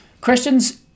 Christians